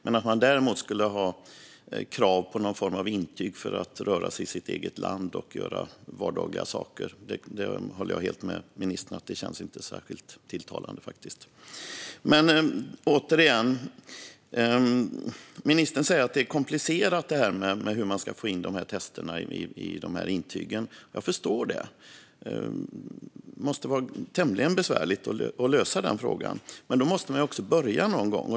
Men att man däremot skulle ha krav på någon form av intyg för att få röra sig i sitt eget land och göra vardagliga saker känns inte särskilt tilltalande. Det håller jag helt med ministern om. Ministern säger att det är komplicerat hur man ska få in testerna i intygen. Jag förstår det. Det måste vara tämligen besvärligt att lösa den frågan. Men då måste man också börja någon gång.